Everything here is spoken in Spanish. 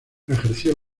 ejerció